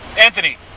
Anthony